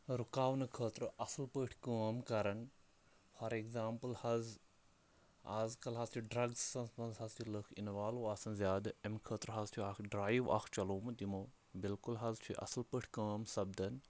رُکاونہٕ خٲطرٕ اَصٕل پٲٹھۍ کٲم کَران فار ایٚگزامپٕل حظ آز کَل حظ چھِ ڈرٛگسَس منٛز حظ چھِ لُکھ اِنوالو آسان زیادٕ اَمہِ خٲطرٕ حظ چھُ اَکھ ڈرٛایِو اَکھ چلومُت یِمو بالکل حظ چھُ یہِ اَصٕل پٲٹھۍ کٲم سَپدان